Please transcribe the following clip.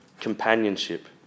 Companionship